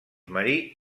marí